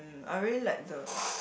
I really like the